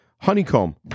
honeycomb